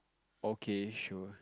okay sure